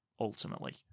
ultimately